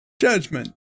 judgment